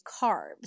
carbs